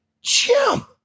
Jim